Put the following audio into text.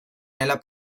nella